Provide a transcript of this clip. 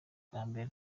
bwambere